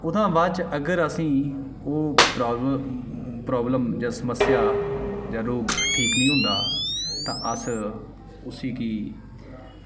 ओह्दा हा बाद च अगर असें ई ओह् प्रॉब्लम जां समस्या जां रोग ठीक निं होंदा तां अस उसी गी